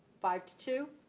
five to two.